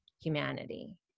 humanity